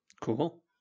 Cool